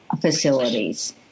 facilities